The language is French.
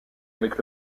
avec